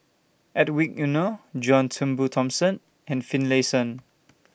Hedwig Anuar John Turnbull Thomson and Finlayson